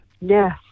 Yes